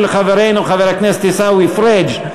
של חברנו חבר הכנסת עיסאווי פריג'.